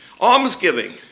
almsgiving